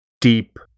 deep